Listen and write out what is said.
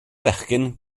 fechgyn